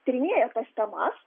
tyrinėja tas temas